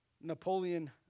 Napoleon